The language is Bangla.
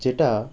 যেটা